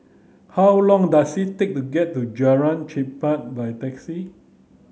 how long does it take to get to Jalan Chempah by taxi